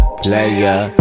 player